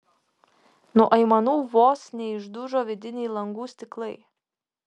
nuo aimanų vos neišdužo vidiniai langų stiklai